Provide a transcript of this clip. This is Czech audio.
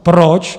Proč?